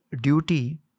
duty